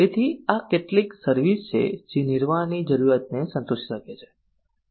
તેથી આ કેટલીક સર્વિસ છે જે નિર્વાહની જરૂરિયાતને સંતોષી શકે છે